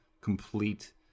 complete